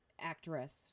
actress